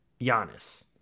Giannis